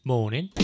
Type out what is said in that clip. Morning